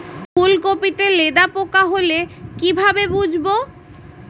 ফুলকপিতে লেদা পোকা হলে কি ভাবে বুঝবো?